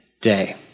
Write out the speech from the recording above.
day